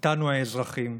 איתנו האזרחים.